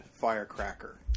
firecracker